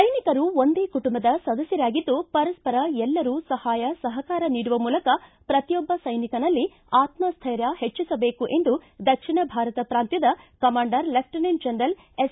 ಸೈನಿಕರು ಒಂದೇ ಕುಟುಂಬದ ಸದಸ್ಯರಾಗಿದ್ದು ಪರಸ್ಪರ ಎಲ್ಲರೂ ಸಹಾಯ ಸಹಕಾರ ನೀಡುವ ಮೂಲಕ ಪ್ರತಿಯೊಬ್ಬ ಸ್ಟನಿಕನಲ್ಲಿ ಆತ್ರಸ್ಟೈರ್ಯ ಹೆಚ್ಚಿಸಬೇಕು ಎಂದು ದಕ್ಷಿಣ ಭಾರತ ಪ್ರಾಂತ್ಯದ ಕಮಾಂಡರ್ ಲೆಪ್ಸನೆಂಟ್ ಜನರಲ್ ಎಸ್